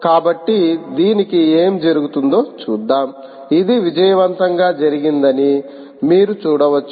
కాబట్టి దీనికి ఏమి జరుగుతుందో చూద్దాం ఇది విజయవంతంగా జరిగిందని మీరు చూడవచ్చు